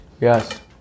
Yes